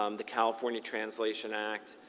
um the california translation act.